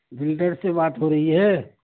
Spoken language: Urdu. بلڈر سے بات ہو رہی ہے